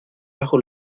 bajo